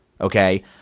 okay